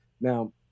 Now